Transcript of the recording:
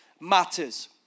matters